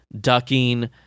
ducking